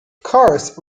course